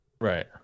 Right